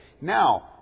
Now